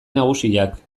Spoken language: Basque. nagusiak